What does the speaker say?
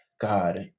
God